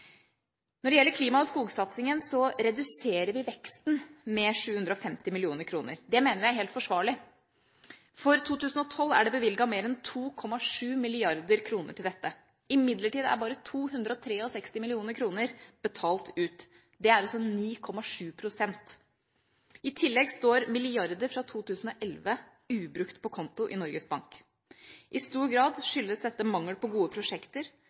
Når det gjelder klima- og skogsatsingen, reduserer vi veksten med 750 mill. kr. Det mener vi er helt forsvarlig. For 2012 er det bevilget mer enn 2,7 mrd. kr til dette. Imidlertid er bare 263 mill. kr betalt ut. Det er altså 9,7 pst. I tillegg står milliarder fra 2011 ubrukt på konto i Norges Bank. I stor grad skyldes dette mangel på gode prosjekter,